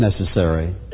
necessary